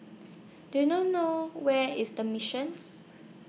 Do YOU know know Where IS The Mission's